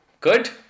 good